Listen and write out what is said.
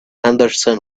henderson